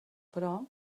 però